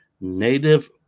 native